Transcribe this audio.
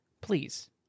please